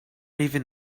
even